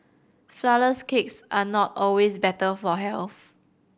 flourless cakes are not always better for health